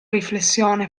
riflessione